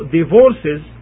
divorces